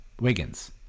Wiggins